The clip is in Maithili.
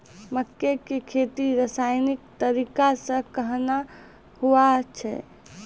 मक्के की खेती रसायनिक तरीका से कहना हुआ छ?